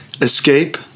Escape